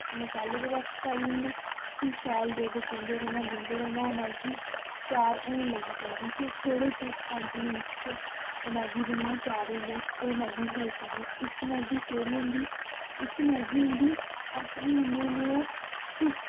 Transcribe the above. मसाले दे पैक्ट पाई ओड़ने फिर शैल रेड़े दिंदे रौह्ना दिंदे रौह्नाओह् मैगी त्यार होन लगी पौंदी फिर थोह्ड़े चिर पंज मिंट्ट च ओह् मैगी बनियै त्यार होई जंदी अस ओह् मैगी बी खाई सकनें इक मैगी केह्ड़ी होंदी इक मैगी होंदी अस बनाने होन्ने ओह् सि